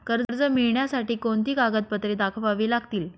कर्ज मिळण्यासाठी कोणती कागदपत्रे दाखवावी लागतील?